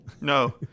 No